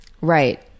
Right